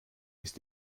ist